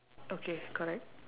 okay correct